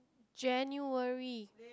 January